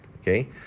Okay